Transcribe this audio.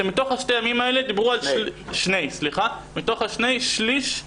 שמתוך שני הימים האלה דיברו על שליש בריכה.